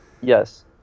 yes